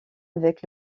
avec